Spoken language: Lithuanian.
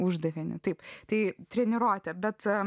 uždavinį taip tai treniruotė bet